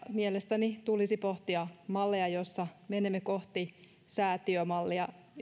mielestäni tulisi pohtia malleja joissa menemme kohti säätiömallia